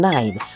Nine